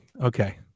okay